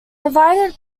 provided